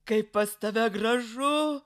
kaip pas tave gražu